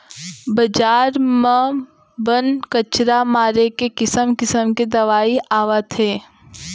बजार म बन, कचरा मारे के किसम किसम के दवई आवत हे